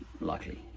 likely